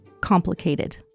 complicated